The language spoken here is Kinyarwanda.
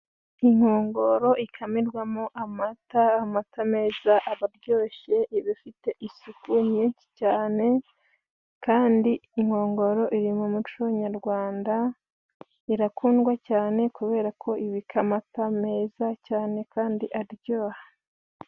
Inkongoro ikamirwamo amata ,amata meza aba aryoshye. Iba ifite isuku nyinshi cyane, kandi inkongoro iri mu muco nyarwanda. Irakundwa cyane kubera ko ibika amata meza cyane kandi aryoha.